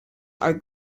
are